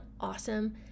awesome